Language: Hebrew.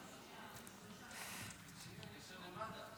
אינו נוכח,